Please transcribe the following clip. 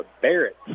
Barrett